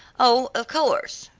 oh, of course,